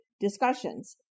discussions